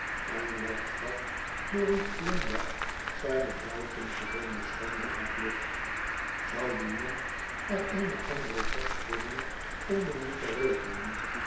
en wegg af door een glimlach zijne buitengewone schranderheid lucht zou die man er eene andere kostwinnmg onder moeten rekenen